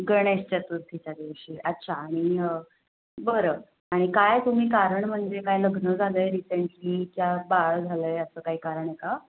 गणेश चतुर्थीच्या दिवशी अच्छा आणि बरं आणि काय तुम्ही कारण म्हणजे काय लग्न झालं आहे रिसेंटली का बाळ झालं आहे असं काही कारण आहे का